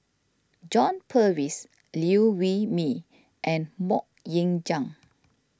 John Purvis Liew Wee Mee and Mok Ying Jang